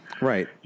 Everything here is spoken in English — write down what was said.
Right